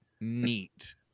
neat